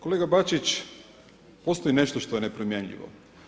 Kolega Bačić, postoji nešto što je nepromjenjivo.